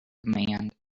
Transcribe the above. command